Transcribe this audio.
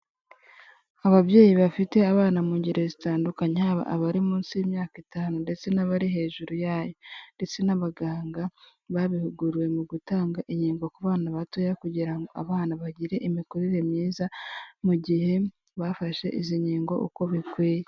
Ababyeyi bafite abana mu ngeri zitandukanye, haba abari munsi y'imyaka itanu ndetse n'abari hejuru yayo ndetse n'abaganga, babihuguriwe mu gutanga inkingo ku bana batoya kugira ngo abana bagire imikurire myiza, mu gihe bafashe izi nkingo uko bikwiye.